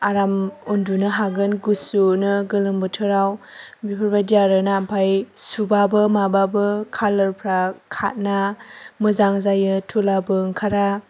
आराम उन्दुनो हागोन गुसुनो गोलोम बोथोराव बेफोरबायदि आरोना ओमफ्राय सुबाबो माबाबो खालारफ्रा खारा मोजां जायो धुलाबो ओंखारा